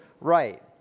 right